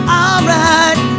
alright